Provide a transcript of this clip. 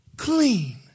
Clean